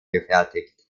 gefertigt